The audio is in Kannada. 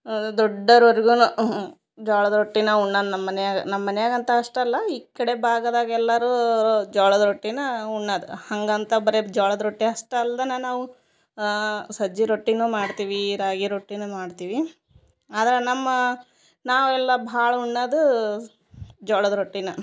ಆ ದೊಡ್ಡರ್ವರೆಗುನು ಜ್ವಾಳದ್ ರೊಟ್ಟಿನ ಉಣ್ಣದ್ ನಮ್ಮ ಮನಿಯಾಗ ನಮ್ಮ ಮನಿಯಾಗ ಅಂತ ಅಷ್ಟ ಅಲ್ಲಾ ಈಕ್ಕಡೆ ಭಾಗದಾಗೆಲ್ಲರೂ ಜ್ವಾಳದ ರೊಟ್ಟಿನಾ ಉಣ್ಣದು ಹಾಗಂತ ಬರೆ ಜ್ವಾಳದ ರೊಟ್ಟಿ ಅಷ್ಟ ಅಲ್ದನ ನಾವು ಸಜ್ಜೆ ರೊಟ್ಟಿನು ಮಾಡ್ತೀವಿ ರಾಗಿ ರೊಟ್ಟಿನು ಮಾಡ್ತೀವಿ ಆದರ ನಮ್ಮ ನಾವೆಲ್ಲ ಭಾಳ ಉಣ್ಣದು ಜ್ವಾಳದ್ ರೊಟ್ಟಿನ